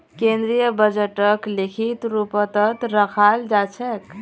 केन्द्रीय बजटक लिखित रूपतत रखाल जा छेक